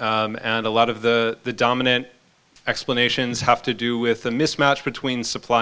and a lot of the dominant explanations have to do with the mismatch between supply